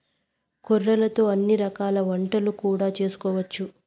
కొర్రలతో అన్ని రకాల వంటలు కూడా చేసుకోవచ్చు